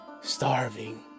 starving